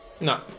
No